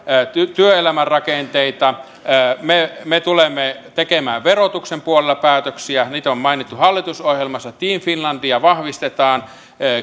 työelämän rakenteita me me tulemme tekemään verotuksen puolella päätöksiä niitä on mainittu hallitusohjelmassa team finlandia vahvistetaan